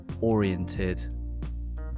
oriented